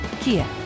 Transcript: Kia